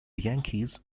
yankees